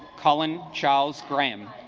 colin charles graham